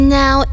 now